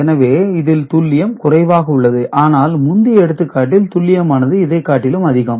எனவே இதில் துல்லியம் குறைவாக உள்ளது ஆனால் முந்தைய எடுத்துக்காட்டில் துல்லியமானது இதைக்காட்டிலும் அதிகம்